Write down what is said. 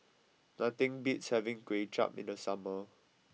nothing beats having Kway Chap in the summer